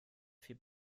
viel